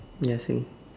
ya same